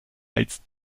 als